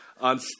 on